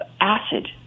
acid